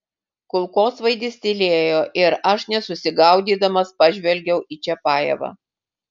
kulkosvaidis tylėjo ir aš nesusigaudydamas pažvelgiau į čiapajevą